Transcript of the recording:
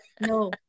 no